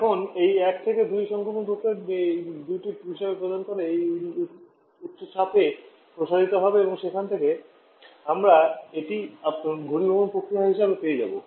এখন এই 1 থেকে 2 সংক্ষেপণ প্রক্রিয়াটিকে এই 2 টি হিসাবে প্রদান করে এই উন্নত চাপে প্রসারিত হবে এবং তারপরে সেখান থেকে আমরা এটি আপনার ঘনীভবন প্রক্রিয়া হিসাবে পেয়ে যাব